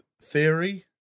theory